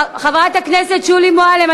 חברת הכנסת שולי מועלם,